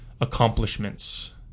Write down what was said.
accomplishments